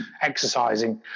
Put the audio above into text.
exercising